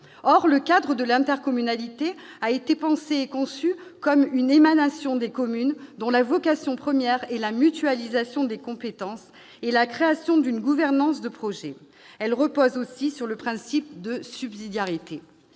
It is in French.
Or l'intercommunalité a été pensée et conçue comme une émanation des communes dont la vocation première est la mutualisation des compétences et la création d'une gouvernance de projets. Elle repose aussi sur le principe de subsidiarité.